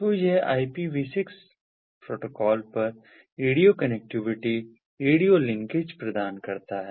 तो यह IPv 6 protocol पर रेडियो कनेक्टिविटी रेडियो लिंकेज प्रदान करता है